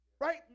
Right